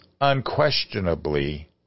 unquestionably